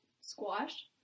squash